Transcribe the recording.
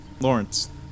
Lawrence